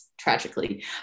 tragically